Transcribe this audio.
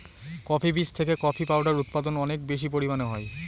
coffee বীজ থেকে coffee powder উৎপাদন অনেক বেশি পরিমানে হয়